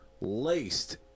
laced